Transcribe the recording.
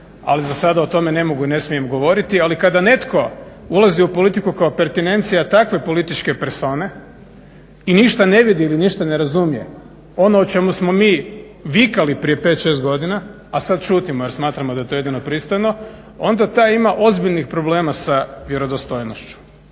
ali zasada o tome ne mogu i ne smijem govoriti, ali kada netko ulazi u politiku kao pertinencija takve političke persone i ništa ne vidi ili ništa ne razumije ono o čemu smo mi vikali prije 5, 6 godina, a sad šutimo jer smatramo da je to jedino pristojno, onda taj ima ozbiljnih problema sa vjerodostojnošću.